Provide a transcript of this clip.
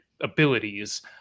abilities